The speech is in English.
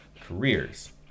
careers